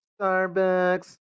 Starbucks